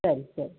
ಸರಿ ಸರಿ